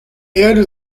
erde